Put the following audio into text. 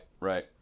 right